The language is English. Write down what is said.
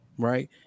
Right